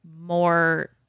more